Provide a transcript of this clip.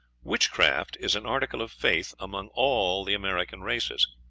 witchcraft is an article of faith among all the american races.